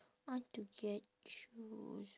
I want to get shoes